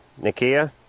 Nikia